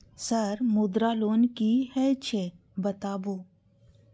Sir Mudra loan की हे छे बताबू?